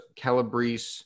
Calabrese